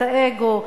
את האגו,